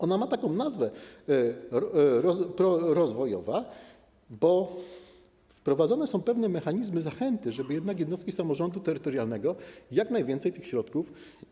Ona ma taką nazwę: rozwojowa, bo wprowadzone są pewne mechanizmy zachęty, żeby jednak jednostki samorządu terytorialnego inwestowały jak najwięcej tych środków.